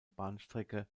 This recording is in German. bahnstrecke